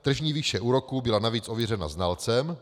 Tržní výše úroků byla navíc ověřena znalcem.